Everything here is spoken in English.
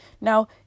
Now